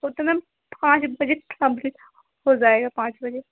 वह तो मैम पाँच बजे कम्प्लीट हो जाएगा पाँच बजे